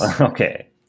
Okay